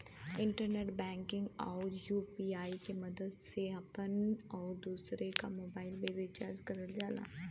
internet banking आउर UPI के मदद से आपन आउर दूसरे क मोबाइल भी रिचार्ज करल जाला